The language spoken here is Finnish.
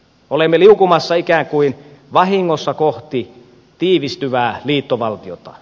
olemme liukumassa ikään kuin vahingossa kohti tiivistyvää liittovaltiota